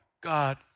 God